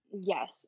yes